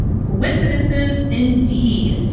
coincidences, indeed.